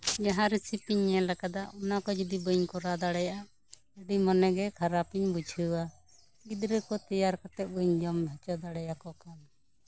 ᱡᱟᱦᱟᱸ ᱨᱮᱥᱤᱯᱤ ᱧᱮᱞ ᱠᱟᱫᱟ ᱚᱱᱟ ᱠᱚ ᱡᱚᱫᱤ ᱵᱟᱹᱧ ᱠᱚᱨᱟᱣ ᱫᱟᱲᱮᱭᱟᱜᱼᱟ ᱟᱹᱰᱤ ᱢᱚᱱᱮ ᱠᱷᱟᱨᱟᱯ ᱤᱧ ᱵᱩᱡᱷᱟᱹᱣᱟ ᱜᱤᱫᱽᱨᱟᱹ ᱠᱚ ᱛᱮᱭᱟᱨ ᱠᱟᱛᱮᱜ ᱵᱟᱹᱧ ᱡᱚᱢ ᱦᱚᱪᱚ ᱫᱟᱲᱮ ᱟᱠᱚ ᱠᱟᱱᱟ